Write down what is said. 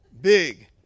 Big